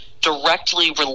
directly